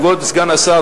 כבוד סגן השר,